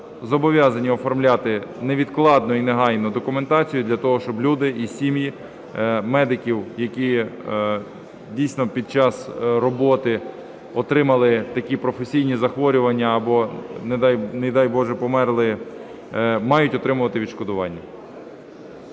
зобов'язані оформляти невідкладно і негайно документацію, для того щоб люди і сім'ї медиків, які дійсно під час роботи отримали такі професійні захворювання або, не дай Боже, померли, мають отримувати відшкодування.